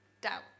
doubt